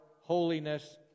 holiness